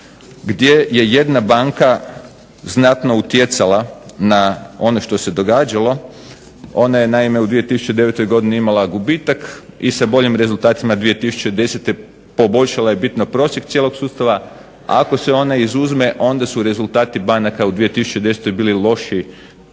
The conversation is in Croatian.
gdje je jedna banka znatno utjecala na ono što se događalo, ona je naime u 2009. godini imala gubitak i sa boljim rezultatima 2009. poboljšala je bitno prosjek cijelog sustava, ako se ona izuzme onda su rezultati banaka u 2010. bili loše